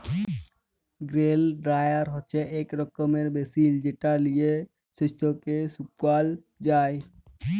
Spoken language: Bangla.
গ্রেল ড্রায়ার হছে ইক রকমের মেশিল যেট লিঁয়ে শস্যকে শুকাল যায়